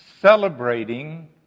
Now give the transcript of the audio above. celebrating